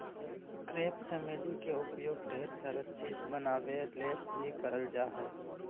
crepe चमेली के उपयोग ढेर सारा चीज़ बनावे ले भी करल जा हय